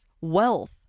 wealth